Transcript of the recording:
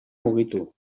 mugitu